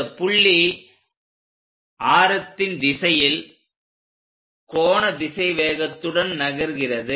இந்த புள்ளி ஆரத்தின் திசையில் கோணத் திசைவேகத்துடன் நகர்கிறது